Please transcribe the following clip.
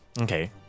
Okay